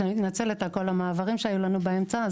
מתנצלת על כל המעברים שהיו לנו באמצע.